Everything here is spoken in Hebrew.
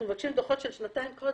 אנחנו מבקשים דוחות של שנתיים קודם,